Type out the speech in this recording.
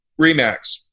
Remax